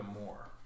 more